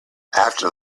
after